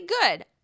good